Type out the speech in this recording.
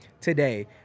today